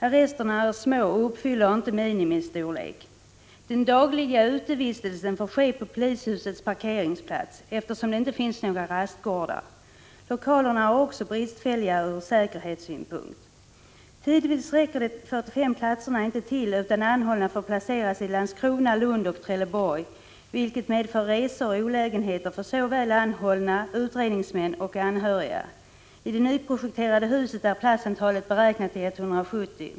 Arresterna är små och fyller inte kraven på minimistorlek. Den dagliga utevistelsen får ske på polishusets parkeringsplats, eftersom det inte finns några rastgårdar. Lokalerna är också bristfälliga ur säkerhetssynpunkt. Tidvis räcker de 45 platserna inte till, utan anhållna får placeras i Landskrona, Lund och Trelleborg, vilket medför resor och olägenheter för såväl anhållna och utredningsmän som anhöriga. I det nyprojekterade huset är platsantalet beräknat till 170.